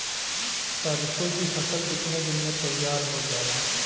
सरसों की फसल कितने दिन में तैयार हो जाला?